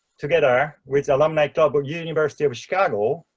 together with alumni club but university of chicago,